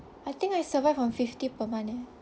I think I survive on fifty per month eh